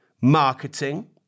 marketing